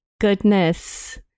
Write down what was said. Goodness